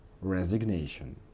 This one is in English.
resignation